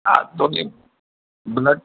આ તો કંઈ બ્લડ